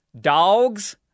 dogs